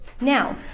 Now